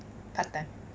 part time